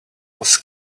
was